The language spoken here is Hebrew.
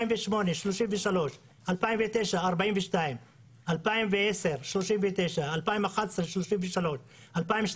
2008 33, 2009 42, 2010 39, 2011 33, 2012